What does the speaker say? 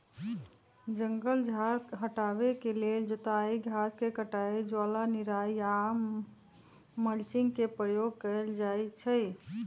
जङगल झार हटाबे के लेल जोताई, घास के कटाई, ज्वाला निराई आऽ मल्चिंग के प्रयोग कएल जाइ छइ